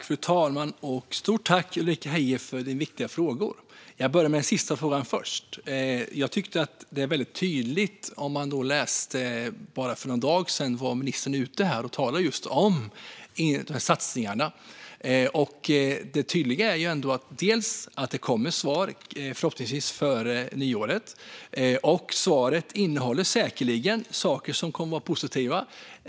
Fru talman! Stort tack, Ulrika Heie, för dina viktiga frågor! Jag börjar med den sista frågan. Jag tyckte att det var väldigt tydligt när ministern för bara någon dag sedan var ute och talade just om satsningarna. Det tydliga är dels att det kommer svar, förhoppningsvis före nyår, dels att svaret säkerligen innehåller saker som kommer att vara positiva.